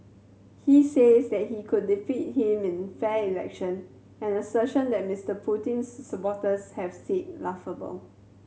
he says they he could defeat him in fair election an assertion that Mister Putin's supporters have said laughable